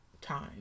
time